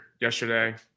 yesterday